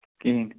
کِہیٖنۍ